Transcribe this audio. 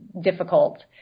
difficult